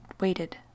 waited